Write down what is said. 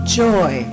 joy